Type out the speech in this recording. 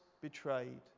betrayed